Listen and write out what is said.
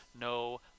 no